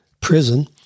prison